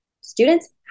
Students